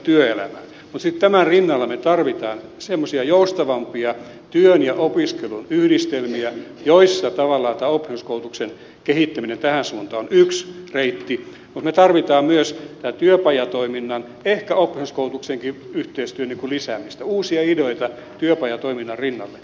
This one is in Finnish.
mutta sitten tämän rinnalla me tarvitsemme semmoisia joustavampia työn ja opiskelun yhdistelmiä joissa tavallaan tämän oppisopimuskoulutuksen kehittäminen tähän suuntaan on yksi reitti mutta me tarvitsemme myös tämän työpajatoiminnan ehkä oppisopimuskoulutuksenkin yhteistyön lisäämistä uusia ideoita työpajatoiminnan rinnalle